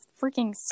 freaking